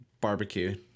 barbecue